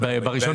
את הרזרבה